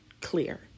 clear